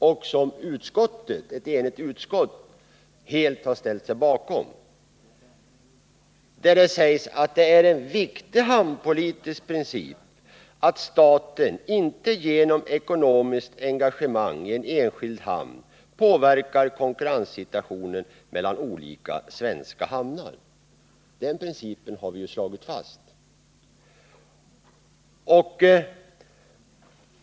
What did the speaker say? Ett enigt utskott har också helt ställt sig bakom statsrådets uppfattning och sagt att ”det är en viktig hamnpolitisk princip att staten inte genom ekonomiskt engagemang i en enskild hamn påverkar konkurrenssituationen mellan olika svenska hamnar”. Den principen har vi slagit fast.